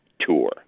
Tour